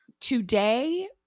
today